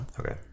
Okay